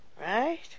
Right